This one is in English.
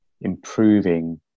improving